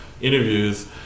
interviews